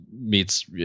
meets